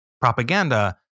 propaganda